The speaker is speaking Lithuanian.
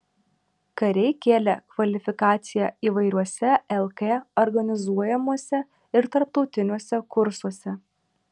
kariai kėlė kvalifikaciją įvairiuose lk organizuojamuose ir tarptautiniuose kursuose